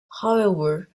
however